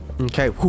Okay